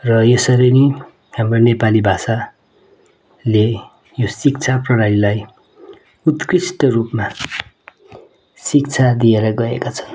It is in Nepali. र यसरी नै हाम्रो नेपाली भाषाले यो शिक्षा प्रणालीलाई उत्कृष्ट रूपमा शिक्षा दिएर गएका छन्